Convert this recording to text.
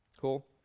Cool